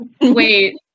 Wait